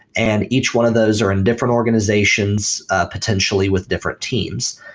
and each one of those are in different organizations potentially with different teams.